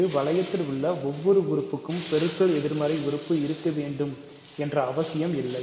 ஒரு வளையத்தில் உள்ள ஒவ்வொரு உறுப்புக்கும் பெருக்கல் எதிர்மறை உறுப்பு இருக்க வேண்டும் என்ற அவசியமில்லை